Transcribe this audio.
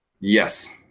Yes